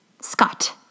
Scott